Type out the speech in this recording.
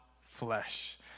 flesh